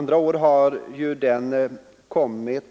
Tidigare har